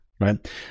right